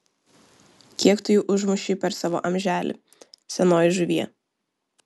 kiek tu jų užmušei per savo amželį senoji žuvie